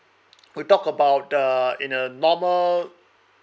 we talk about uh in a normal